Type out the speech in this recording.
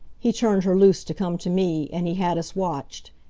he turned her loose to come to me, and he had us watched.